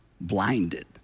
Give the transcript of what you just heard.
blinded